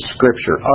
Scripture